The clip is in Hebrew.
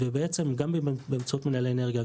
ובעצם גם באמצעות מנהלי אנרגיה,